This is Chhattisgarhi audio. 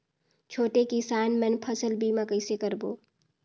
छोटे किसान मन फसल बीमा कइसे कराबो?